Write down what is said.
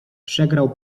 przegrał